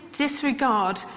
disregard